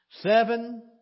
Seven